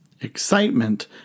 Excitement